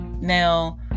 Now